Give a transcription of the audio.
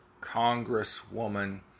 Congresswoman